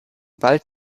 bald